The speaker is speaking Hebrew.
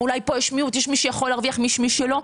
אולי פה יש מיעוט, יש מי שיכול להרוויח, מי שלא.